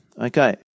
Okay